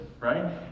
right